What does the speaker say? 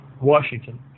Washington